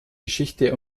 geschichte